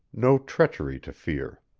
no treachery to fear.